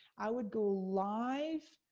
i would go live,